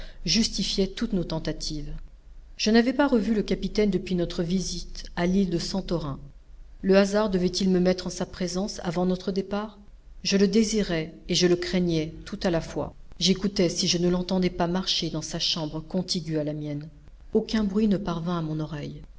justifiait toutes nos tentatives je n'avais pas revu le capitaine depuis notre visite à l'île de santorin le hasard devait-il me mettre en sa présence avant notre départ je le désirais et je le craignais tout à la fois j'écoutai si je ne l'entendrais pas marcher dans sa chambre contiguë à la mienne aucun bruit ne parvint à mon oreille